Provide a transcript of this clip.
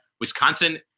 Wisconsin